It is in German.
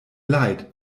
leid